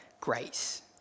grace